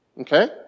Okay